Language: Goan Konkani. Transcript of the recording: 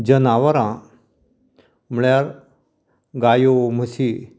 जनावरां म्हळ्या गायो म्हशी